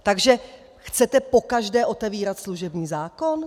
Takže chcete pokaždé otevírat služební zákon?